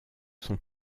sont